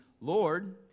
Lord